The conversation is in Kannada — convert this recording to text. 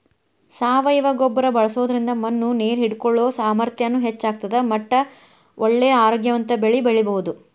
ಸಾವಯವ ಗೊಬ್ಬರ ಬಳ್ಸೋದ್ರಿಂದ ಮಣ್ಣು ನೇರ್ ಹಿಡ್ಕೊಳೋ ಸಾಮರ್ಥ್ಯನು ಹೆಚ್ಚ್ ಆಗ್ತದ ಮಟ್ಟ ಒಳ್ಳೆ ಆರೋಗ್ಯವಂತ ಬೆಳಿ ಬೆಳಿಬಹುದು